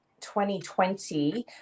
2020